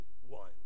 one